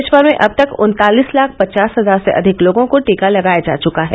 देश भर में अब तक उन्तालीस लाख पचास हजार से अधिक लोगों को टीका लगाया जा चुका है